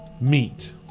meet